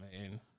man